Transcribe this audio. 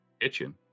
Kitchen